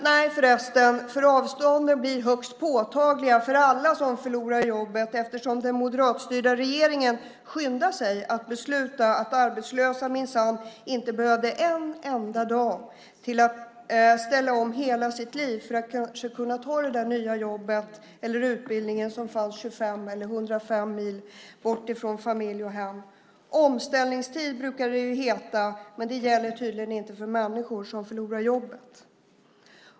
Nej, förresten: Avstånden blir högst påtagliga för alla som förlorar jobbet, eftersom den moderatstyrda regeringen skyndar sig att besluta att arbetslösa minsann inte behöver en enda dag till att ställa om hela sitt liv för att kanske kunna ta det där nya jobbet eller utbildningen som fanns 25 eller 105 mil bort från familj och hem. "Omställningstid" brukar det heta, men det gäller tydligen inte för människor som förlorar jobbet.